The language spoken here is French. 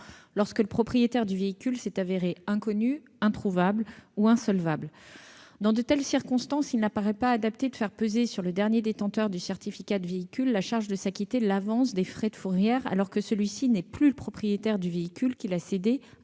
lorsque le propriétaire du véhicule s'est avéré inconnu, introuvable ou insolvable. Dans de telles circonstances, il n'apparaît pas adapté de faire peser sur le dernier détenteur du certificat d'immatriculation du véhicule la charge de s'acquitter de l'avance des frais de fourrière, alors que celui-ci n'est plus le propriétaire dudit véhicule, qu'il a cédé